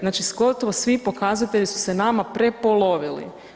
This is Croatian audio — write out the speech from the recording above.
Znači gotovo svi pokazatelji su se nama prepolovili.